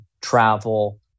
travel